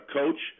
coach